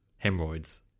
Hemorrhoids